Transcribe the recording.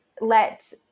let